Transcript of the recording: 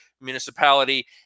municipality